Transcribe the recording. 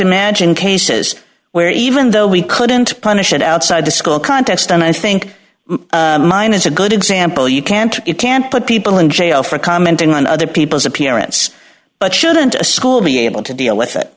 imagine cases where even though we couldn't punish it outside the school context and i think mine is a good example you can't you can't put people in jail for commenting on other people's appearance but shouldn't a school be able to deal with it